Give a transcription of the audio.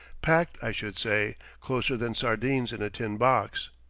packed, i should say, closer than sardines in a tin box.